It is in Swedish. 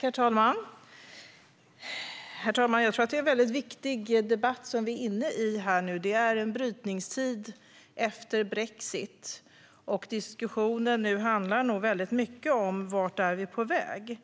Herr talman! Jag tror att vi för en mycket viktig debatt nu. Det handlar om en brytningstid efter brexit. Diskussionen nu handlar mycket om vart vi är på väg.